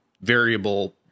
variable